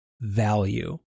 value